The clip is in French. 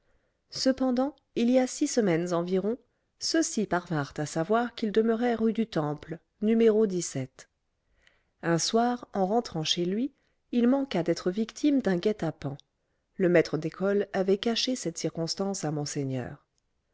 cependant il y a six semaines environ ceux-ci parvinrent à savoir qu'il demeurait rue du temple n un soir en rentrant chez lui il manqua d'être victime d'un guet-apens le maître d'école avait caché cette circonstance à monseigneur